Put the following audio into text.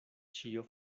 ĉio